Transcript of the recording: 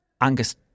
Angus